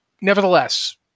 nevertheless